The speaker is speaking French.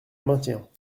maintiens